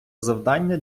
завдання